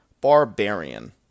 Barbarian